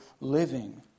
living